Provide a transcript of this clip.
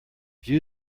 view